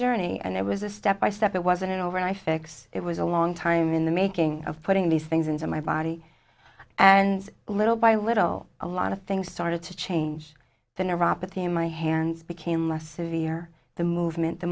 journey and it was a step by step it wasn't over i fix it was a long time in the making of putting these things into my body and little by little a lot of things started to change the neuropathy in my hands became less severe the movement the